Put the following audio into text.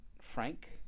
Frank